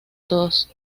todos